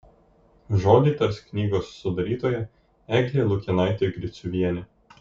žodį tars knygos sudarytoja eglė lukėnaitė griciuvienė